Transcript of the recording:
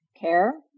care